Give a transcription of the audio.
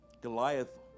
Goliath